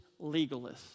legalists